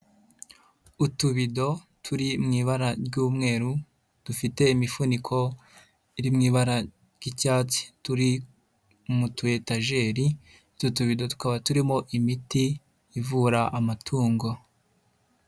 Utubido turi mu ibara ry'umweru, dufite imifuniko iri mu ibara ry'icyatsi, turi mu tu etageri, utwo tubido tukaba turimo imiti ivura amatungo.